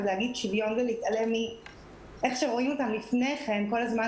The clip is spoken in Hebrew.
להגיד "שוויון" ולהתעלם מאיך שרואים אותן לפני כן בכל הזמן